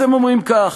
אז הם אומרים כך: